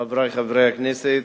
חברי חברי הכנסת,